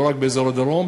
לא רק באזור הדרום,